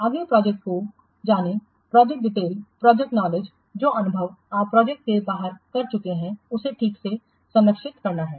आगे प्रोजेक्ट को जानें प्रोजेक्ट डिटेल प्रोजेक्ट नॉलेज जो अनुभव आप प्रोजेक्ट से बाहर कर चुके हैं उसे ठीक से संरक्षित करना है